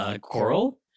coral